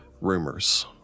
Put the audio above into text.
rumors